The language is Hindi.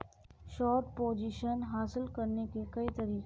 शॉर्ट पोजीशन हासिल करने के कई तरीके हैं